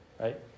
right